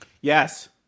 yes